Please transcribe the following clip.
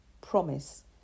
promise